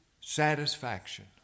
satisfaction